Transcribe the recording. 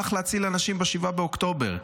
הלך להציל אנשים ב-7 באוקטובר.